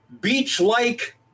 beach-like